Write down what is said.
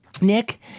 Nick